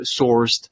sourced